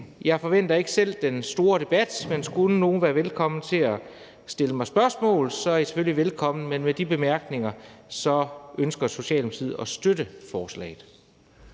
Jeg forventer ikke selv den store debat, men skulle der være nogen, der ønsker at stille mig spørgsmål, er I selvfølgelig velkomne. Men med de bemærkninger ønsker Socialdemokratiet at støtte forslaget.